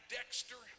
Dexter